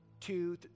two